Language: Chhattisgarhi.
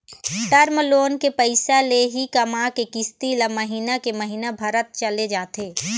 टर्म लोन के पइसा ले ही कमा के किस्ती ल महिना के महिना भरत चले जाथे